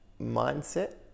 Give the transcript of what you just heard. mindset